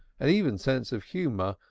and even sense of humor,